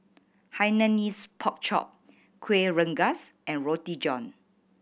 Hainanese Pork Chop Kuih Rengas and Roti John